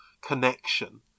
connection